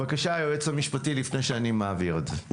בבקשה היועץ המשפטי לפני שאני מעביר את זה.